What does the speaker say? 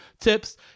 tips